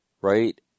right